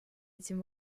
этим